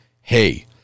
hey